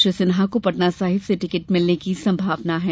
श्री सिन्हा को पटना साहिब से टिकट मिलने की संभावना है